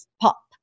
pop